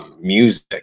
music